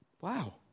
Wow